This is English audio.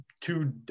two